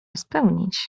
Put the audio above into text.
spełnić